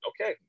okay